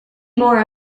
more